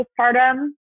postpartum